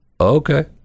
okay